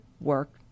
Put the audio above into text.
work